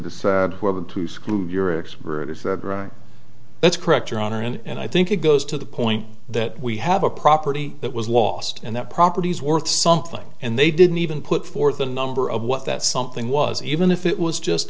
decide whether to screw your ex for it is that right that's correct your honor and i think it goes to the point that we have a property that was lost and that property is worth something and they didn't even put forth a number of what that something was even if it was just